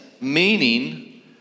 meaning